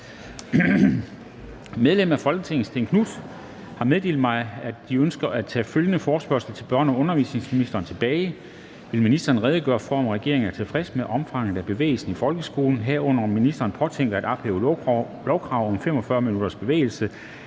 Medlemmer af Folketinget Stén Knuth (V) m.fl. har meddelt mig, at de ønsker at tage følgende forespørgsel til børne- og undervisningsministeren tilbage: »Vil ministeren redegøre for, om regeringen er tilfreds med omfanget af bevægelse i folkeskolen, herunder om ministeren påtænker at ophæve lovkravet om 45 minutters bevægelse,